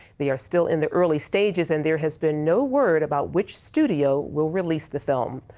they are still in the early stages, and there has been no word about which studio will release the film.